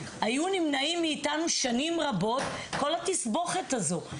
הייתה נמנעת מאיתנו שנים רבות כל התסבוכת הזאת.